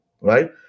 right